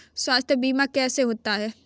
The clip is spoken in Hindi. स्वास्थ्य बीमा कैसे होता है?